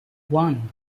one